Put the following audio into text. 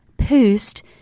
post